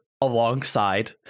alongside